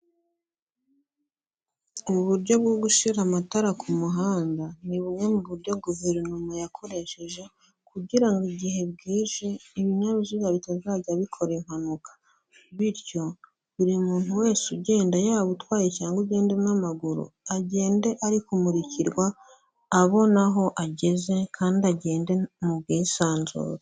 Uburyo bwo gushyira amatara ku muhanda ni bumwe mu buryo guverinoma yakoresheje kugira ngo igihe bwije, ibinyabiziga bitazajya bikora impanuka, bityo buri muntu wese ugenda yaba utwaye cyangwa ugenda n'amaguru agende ari kumurikirwa abona aho ageze kandi agende mu bwisanzure.